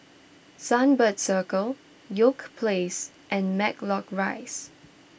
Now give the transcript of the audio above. Sunbird Circle York Place and Matlock Rise